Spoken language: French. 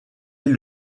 est